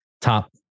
top